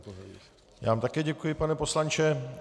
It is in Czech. Já vám také děkuji, pane poslanče.